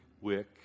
wick